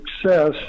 success